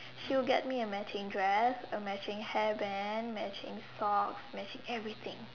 she'll get me a matching dress a matching hairband matching socks matching everything